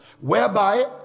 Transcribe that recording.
whereby